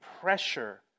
pressure